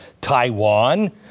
Taiwan